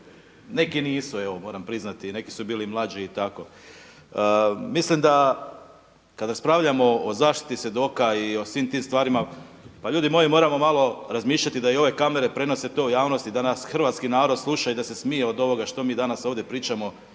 neki nisu evo moram priznati, neki su bili mlađi i tako. Mislim da kad raspravljamo o zaštiti svjedoka i o svim tim stvarima pa ljudi moji moramo malo razmišljati da i ove kamere prenose to u javnost i da nas hrvatski narod sluša i da se smije od ovoga što mi danas ovdje pričamo